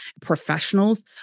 professionals